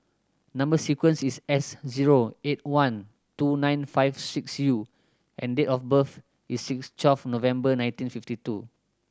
number sequence is S zero eight one two nine five six U and date of birth is twelve November nineteen fifty two